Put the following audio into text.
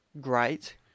great